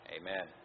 Amen